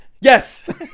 Yes